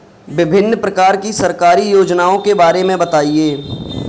विभिन्न प्रकार की सरकारी योजनाओं के बारे में बताइए?